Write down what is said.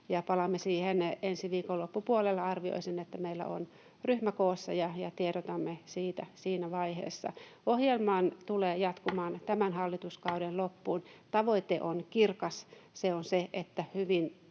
että ensi viikon loppupuolella meillä on ryhmä koossa, ja tiedotamme siitä siinä vaiheessa. Ohjelmahan tulee jatkumaan tämän hallituskauden loppuun. Tavoite on kirkas. Se on se, että niin